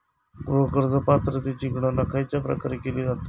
गृह कर्ज पात्रतेची गणना खयच्या प्रकारे केली जाते?